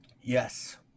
Yes